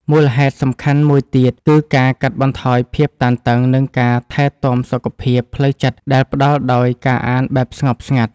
មូលហេតុសំខាន់មួយទៀត គឺការកាត់បន្ថយភាពតានតឹង និងការថែទាំសុខភាពផ្លូវចិត្តដែលផ្ដល់ដោយការអានបែបស្ងប់ស្ងាត់។